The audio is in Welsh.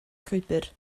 llwybr